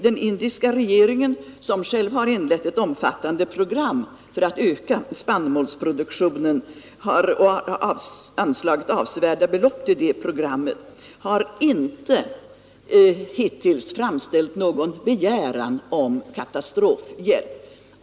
Den indiska regeringen, som själv inlett ett omfattande program för att öka spannmålsproduktionen och anslagit avsevärda belopp till detta program, har hittills inte framställt någon begäran om katastrofhjälp.